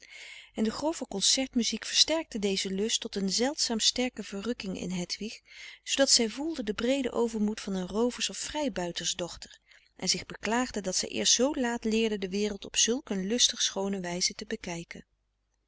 en de grove concert muziek versterkte dezen lust tot een zeldzaam sterke verrukking in hedwig zoodat zij voelde den breeden overmoed van een roovers of vrijbuitersdochter en zich beklaagde dat zij eerst zoo laat leerde de wereld op zulk een lustig schoone wijze te bekijken